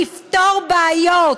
לפתור את הבעיות,